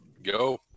Go